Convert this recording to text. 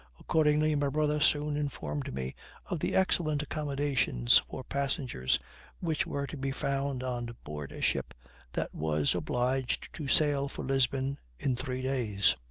accordingly, my brother soon informed me of the excellent accommodations for passengers which were to be found on board a ship that was obliged to sail for lisbon in three days.